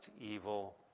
evil